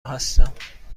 هستم